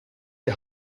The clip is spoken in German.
die